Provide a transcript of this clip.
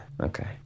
Okay